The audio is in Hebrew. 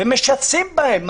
ומשסים בהם.